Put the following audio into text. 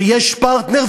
שיש פרטנר,